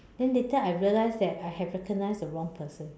then later I realized that I have recognized the wrong person